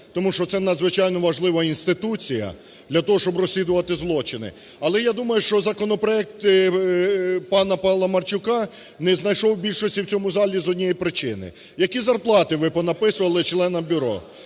Тому що це надзвичайно важлива інституція для того, щоб розслідувати злочини. Але я думаю, що законопроект пана Паламарчука не знайшов більшості в цьому залі з однієї причини: які зарплати ви понаписували членам бюро?